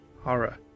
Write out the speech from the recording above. horror